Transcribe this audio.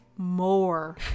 more